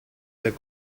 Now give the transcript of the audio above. der